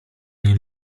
nie